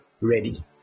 ready